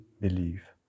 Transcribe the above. believe